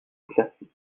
éclairci